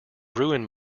ruin